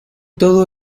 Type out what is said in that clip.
todo